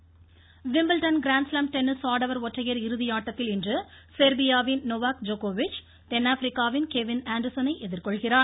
tennis Wimbledon grand slam tennis ஆடவர் ஒற்றையர் இறுதியாட்டத்தில் இன்று செர்பியாவின் நொவாக் ஜோகோவிச் தென்னாப்பிரிக்காவின் கெவின் ஆண்டர்ஸனை எதிர்கொள்கிறார்